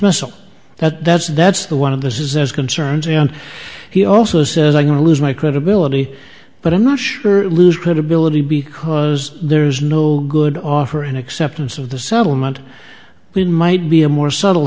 missal that that's that's the one of this is there's concerns and he also says i'm going to lose my credibility but i'm not sure lose credibility because there's no good offer and acceptance of the settlement when might be a more subtle